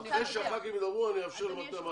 אם אפשר,